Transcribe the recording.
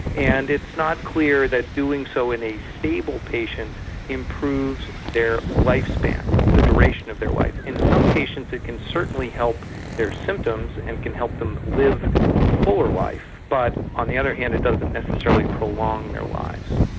and it's not clear that doing so in a stable patient improves their lifespan, the duration of their life. in some patients it can certainly help their symptoms and can help them live a fuller life, but on the other hand and it doesn't necessarily prolong their lives.